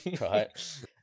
right